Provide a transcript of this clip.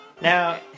Now